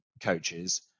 coaches